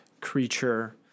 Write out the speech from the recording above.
creature